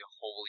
holy